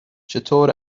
چطور